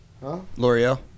l'oreal